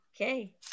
Okay